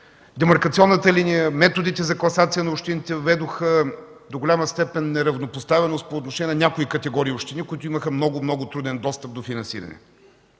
Демаркационната линия, методите за класация на общините въведоха до голяма степен неравнопоставеност по отношение на някои категории общини, които имаха много, много труден достъп до финансиране.